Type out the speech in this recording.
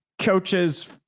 coaches